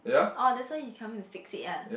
orh that's why you come in to fix it ah